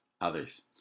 others